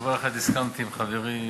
דבר אחד הסכמתי עם חברי